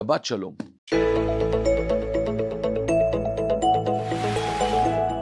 שבת שלום.